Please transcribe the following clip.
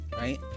right